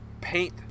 paint